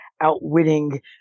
outwitting